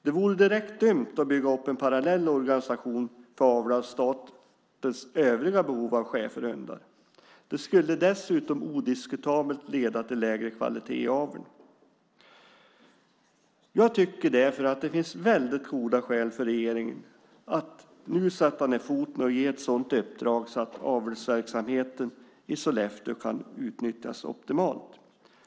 Det vore direkt dumt att bygga upp en parallell organisation för avel av statens övriga behov av schäferhundar. Det skulle dessutom odiskutabelt leda till lägre kvalitet i aveln. Jag tycker därför att det finns väldigt goda skäl för regeringen att nu sätta ned foten och ge ett sådant uppdrag så att avelsverksamheten i Sollefteå kan utnyttjas optimalt.